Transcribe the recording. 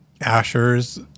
Asher's